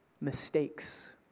mistakes